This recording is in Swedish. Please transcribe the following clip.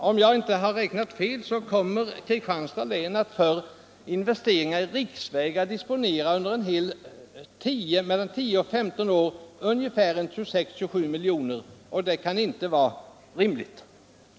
Om jag inte har räknat fel, får Kristianstads län för investeringar i riksvägar under 10-15 år disponera ungefär 26-27 milj.kr., vilket inte kan vara rimligt.